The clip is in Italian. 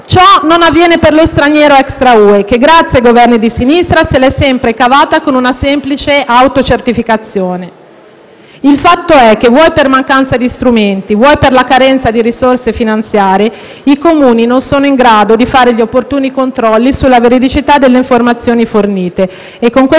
ciò non avviene per lo straniero extra UE che, grazie ai Governi di sinistra, se l'è sempre cavata con una semplice autocertificazione. Il fatto è che per mancanza di strumenti o per la carenza di risorse finanziarie i Comuni non sono in grado di fare gli opportuni controlli sulla veridicità delle informazioni fornite.